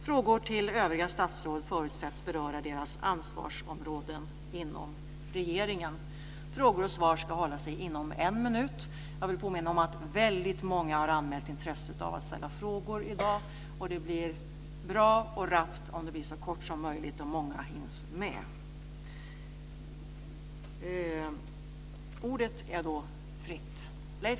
Frågor till övriga statsråd förutsätts beröra deras ansvarsområden inom regeringen. Frågor och svar ska hålla sig inom en minut. Jag vill påminna om att väldigt många har anmält intresse för att ställa frågor i dag. Det blir bra och rappt om det blir så kort som möjligt, och många hinns då med.